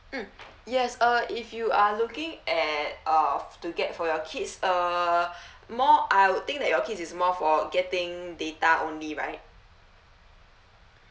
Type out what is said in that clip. mm yes uh if you are looking at of to get for your kids uh more I would think that your kids is more for getting data only right